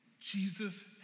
Jesus